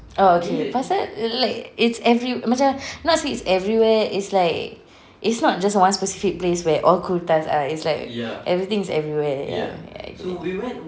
oh okay pasal like it's every macam not say it's everywhere it's like it's not just one specific place where all kurtas are it's like everything is everywhere ya I get it